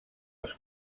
els